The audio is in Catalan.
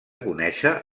conéixer